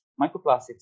microplastics